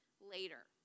later